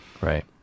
Right